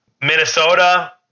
Minnesota